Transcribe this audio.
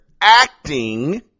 acting